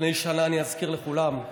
לפני שנה, אני אזכיר לכולם,